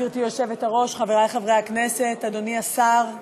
גברתי היושבת-ראש, חברי חברי הכנסת, אדוני השר,